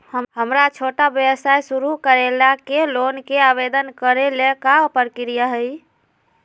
हमरा छोटा व्यवसाय शुरू करे ला के लोन के आवेदन करे ल का प्रक्रिया हई?